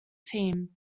team